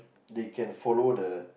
they can follow the